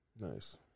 nice